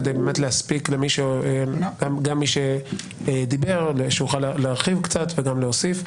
כדי שגם מי שדיבר יוכל להרחיב קצת וגם להוסיף.